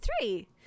three